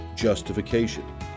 Justification